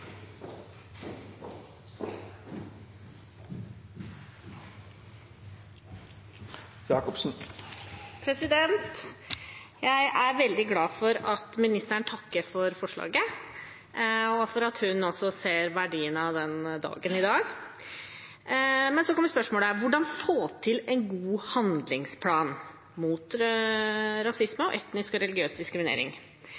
Jeg er veldig glad for at ministeren takker for forslaget, og for at hun også ser verdien av dagen i dag. Men så kommer spørsmålet: Hvordan får man til en god handlingsplan mot